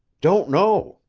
don't know.